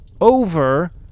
over